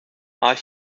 are